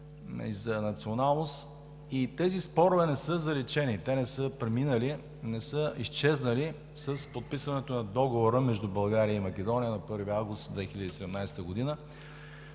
за националност. Тези спорове не са заличени, те не са преминали, не са изчезнали с подписването на договора между България и Македония на 1 август 2017 г.